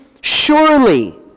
surely